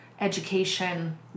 education